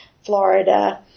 Florida